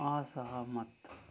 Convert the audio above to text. असहमत